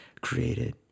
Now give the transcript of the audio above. created